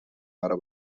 برا